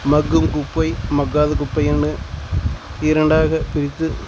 மக்கும் குப்பை மக்காத குப்பையின்னு இரண்டாக பிரித்து